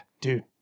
Dude